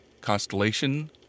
Constellation